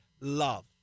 love